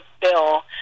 bill